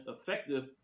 effective